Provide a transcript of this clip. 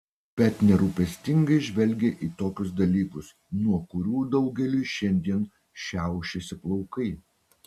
bet nerūpestingai žvelgė į tokius dalykus nuo kurių daugeliui šiandien šiaušiasi plaukai